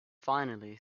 finally